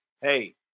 hey